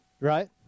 right